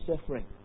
suffering